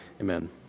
Amen